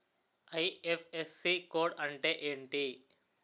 IFSC code అంటే ఏంటి?